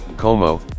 Como